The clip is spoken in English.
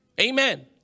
Amen